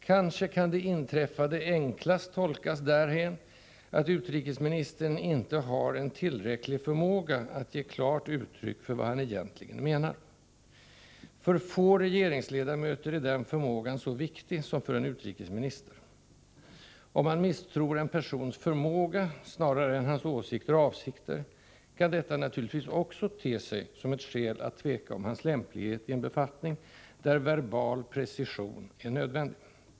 Kanske kan det inträffade enklast tolkas därhän att utrikesministern inte har en tillräcklig förmåga att ge klart uttryck för vad han egentligen menar. För få regeringsledamöter är den förmågan så viktig som för en utrikesminister. Om man misstror en persons förmåga snarare än hans åsikter eller avsikter kan detta naturligtvis också te sig som ett skäl att tveka om hans lämplighet i en befattning, där verbal precision är nödvändig.